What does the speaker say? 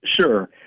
Sure